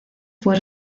fue